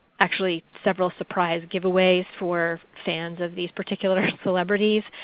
actually several surprise give aways for fans of these particular celebrities.